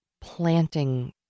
planting